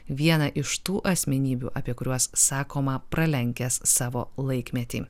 vieną iš tų asmenybių apie kuriuos sakoma pralenkęs savo laikmetį